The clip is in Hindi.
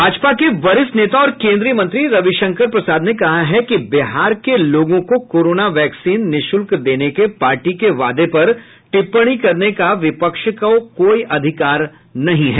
भाजपा के वरिष्ठ नेता और केंद्रीय मंत्री रविशंकर प्रसाद ने कहा है कि बिहार के लोगों को कोरोना वैक्सीन निःशुल्क देने के पार्टी के वादे पर टिप्पणी करने का विपक्ष को कोई अधिकार नहीं है